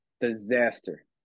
disaster